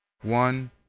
one